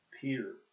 Peter